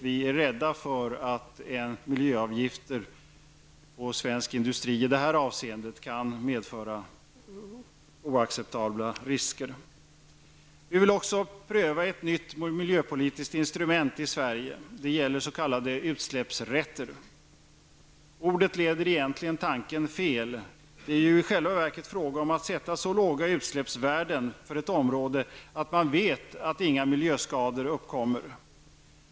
Vi är rädda för att miljöavgifter på svensk industri i detta avseende kan medföra oacceptabla risker. Vi vill också pröva ett nytt miljöpolitiskt instrument i Sverige, det gäller s.k. utsläppsrätter. Ordet leder egentligen tanken fel. Det är ju i själva verket fråga om att sätta så låga utsläppsvärden för ett område att man vet att inga miljöskador uppkommer.